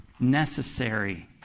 necessary